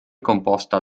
composta